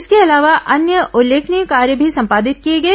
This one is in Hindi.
इसके अलावा अन्य उल्लेखनीय कार्य भी संपादित किए गए